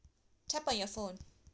tap on your phone